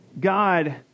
God